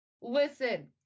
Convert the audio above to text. listen